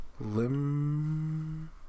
Lim